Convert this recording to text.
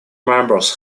members